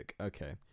Okay